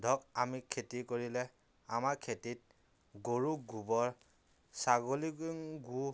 ধৰক আমি খেতি কৰিলে আমাৰ খেতিত গৰুৰ গোবৰ ছাগলীৰ গু